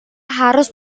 harus